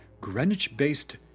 Greenwich-based